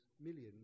millions